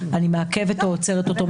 אני מעכבת או עוצרת אותו,